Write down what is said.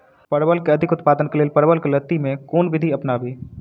परवल केँ अधिक उत्पादन केँ लेल परवल केँ लती मे केँ कुन विधि अपनाबी?